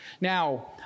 Now